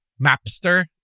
Mapster